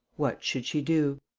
what should she do?